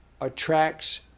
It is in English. attracts